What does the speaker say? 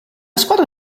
squadra